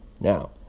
Now